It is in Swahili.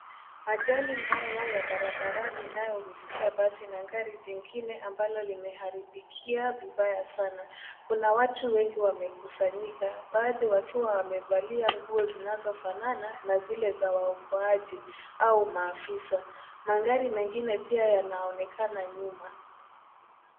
Ajali mbaya ya barabarani inayohusisha basi na gari jingine ambalo limeharibikia vibaya sana , kuna watu wengi wamekusanyika baadhi wakiwa wamevalia nguo zinazofanana na zile za waokoaji au maafisa , magari mengine pia yanaonekana nyuma.